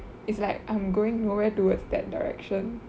it's like I'm going nowhere towards that direction